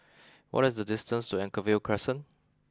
what is the distance to Anchorvale Crescent